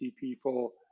people